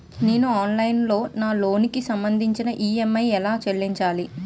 నేను ఆన్లైన్ లో నా లోన్ కి సంభందించి ఈ.ఎం.ఐ ఎలా చెల్లించాలి?